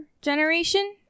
generation